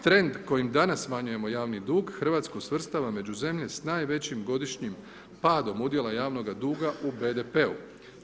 Trend kojim danas smanjujemo javni dug, RH svrstava među zemlje s najvećim godišnjim padom udjela javnoga duga u BDP-u.